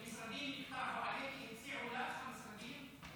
משרדים מטעם, הציעו לך המשרדים?